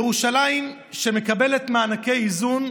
ירושלים, שמקבלת מענקי איזון,